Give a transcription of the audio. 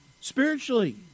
spiritually